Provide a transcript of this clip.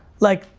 like,